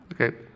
okay